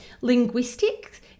Linguistics